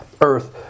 earth